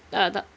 tak tak